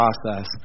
process